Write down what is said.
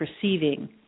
perceiving